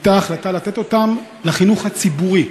הייתה החלטה לתת אותם לחינוך הציבורי.